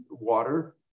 water